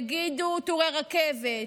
יגידו "טורי רכבת",